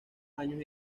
años